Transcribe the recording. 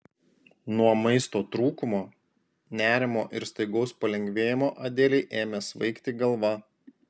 nuo maisto trūkumo nerimo ir staigaus palengvėjimo adelei ėmė svaigti galva